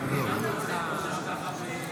ההצבעה: